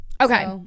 Okay